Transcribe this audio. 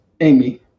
amy